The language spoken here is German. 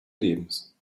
lebens